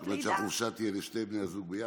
זאת אומרת שהחופשה תהיה לשני בני הזוג ביחד?